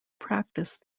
practice